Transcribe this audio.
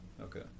Okay